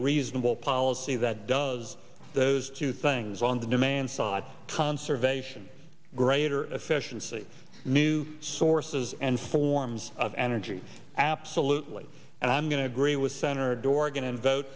reasonable policy that does those two things on the demand side conservation greater efficiency new sources and forms of energy absolutely and i'm going to agree with senator dorgan and vote